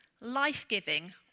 life-giving